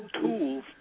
tools